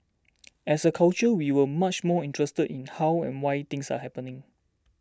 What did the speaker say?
as a culture we will much more interested in how and why things are happening